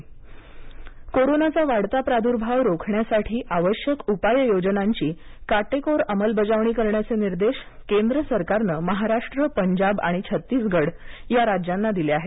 केंद्र सरकार कोरोना कोरोनाचा वाढता प्रादुर्भाव रोखण्यासाठी आवश्यक उपाययोजनांची काटेकोर अंमलबजावणी करण्याचे निर्देश केंद्र सरकारनं महाराष्ट्र पंजाब आणि छत्तीसगड या राज्यांना दिले आहेत